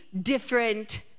different